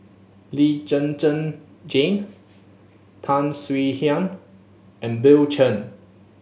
Lee Zhen Zhen Jane Tan Swie Hian and Bill Chen